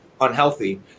unhealthy